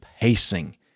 pacing